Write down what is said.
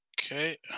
Okay